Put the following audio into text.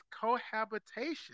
cohabitation